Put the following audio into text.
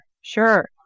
sure